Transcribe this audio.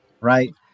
Right